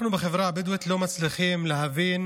אנחנו בחברה הבדואית לא מצליחים להבין